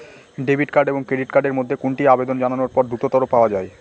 Debit এবং credit card এর মধ্যে কোনটি আবেদন জানানোর পর দ্রুততর পাওয়া য়ায়?